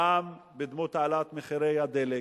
פעם בדמות העלאת מחירי הדלק,